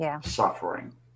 suffering